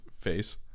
face